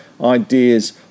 ideas